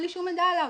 אין לי שום מידע עליו,